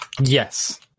Yes